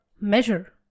measure